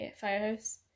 firehouse